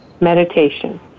Meditation